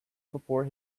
before